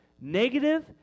negative